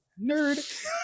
Nerd